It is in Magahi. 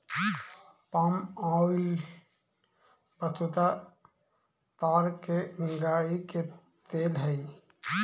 पाम ऑइल वस्तुतः ताड़ के गड़ी के तेल हई